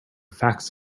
facts